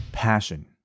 passion